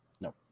No